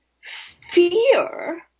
fear